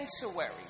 sanctuary